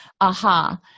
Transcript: aha